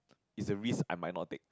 is a risk I might not take